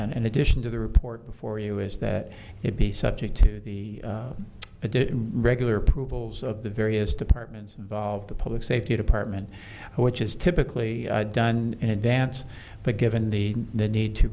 in addition to the report before you is that it be subject to the regular prove alls of the various departments involved the public safety department which is typically done and advance but given the the need to